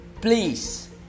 Please